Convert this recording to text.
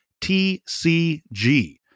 tcg